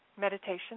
meditation